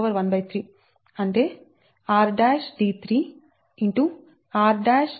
Dsc13 అంటే rd3